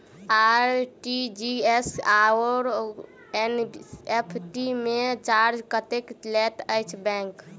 RTGS आओर NEFT मे charge कतेक लैत अछि बैंक?